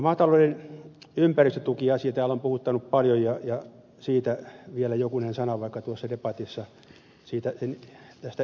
maatalouden ympäristötukiasia täällä on puhuttanut paljon ja siitä vielä jokunen sana vaikka tuossa debatissa sen historiasta vähän toinkin esiin